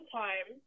time